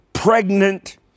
pregnant